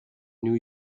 new